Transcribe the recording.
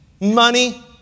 Money